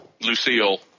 Lucille